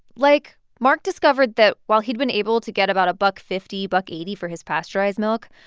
like, mark discovered that while he'd been able to get about a buck fifty, buck eighty for his pasteurized milk,